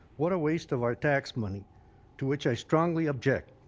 what waste of our tax money to which i strongly object.